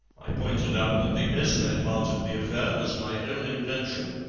i pointed out that the esme part of the affair was my own invention,